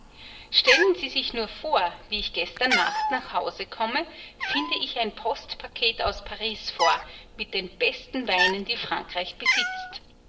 stellen sie sich nur vor wie ich gestern nacht nach hause komme finde ich ein postpaket aus paris vor mit den besten weinen die frankreich besitzt